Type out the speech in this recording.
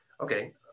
okay